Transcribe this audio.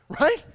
right